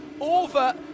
over